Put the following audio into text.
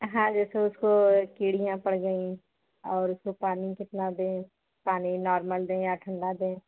हाँ जैसे उसको कीड़ियाँ पड़ गईं और उसको पानी कितना दें पानी नॉर्मल दें या ठंडा दें